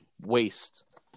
waste